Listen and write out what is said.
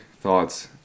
thoughts